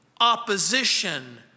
opposition